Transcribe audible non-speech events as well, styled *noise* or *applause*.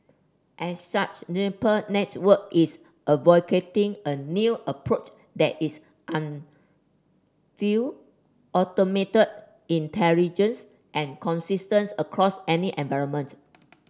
as such Juniper Network is advocating a new approach that is *unintelligible* automated intelligence and consistence across any environment